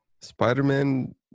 Spider-Man